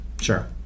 Sure